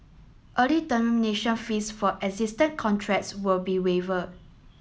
early termination fees for existed contracts will be waiver